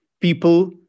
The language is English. people